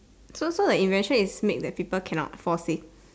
so so the invention is make that people cannot fall sick